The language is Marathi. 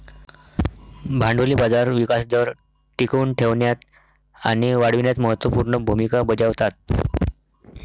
भांडवली बाजार विकास दर टिकवून ठेवण्यात आणि वाढविण्यात महत्त्व पूर्ण भूमिका बजावतात